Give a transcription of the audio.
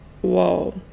whoa